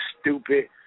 stupid